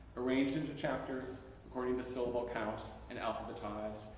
arranged into chapters according to syllable count and alphabetized.